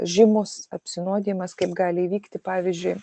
žymus apsinuodijimas kaip gali įvykti pavyzdžiui